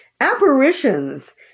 apparitions